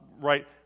right